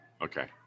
Okay